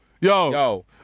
Yo